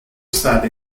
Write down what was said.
state